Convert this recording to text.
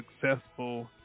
successful